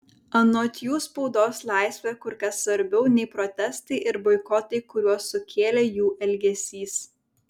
anot jų spaudos laisvė kur kas svarbiau nei protestai ir boikotai kuriuos sukėlė jų elgesys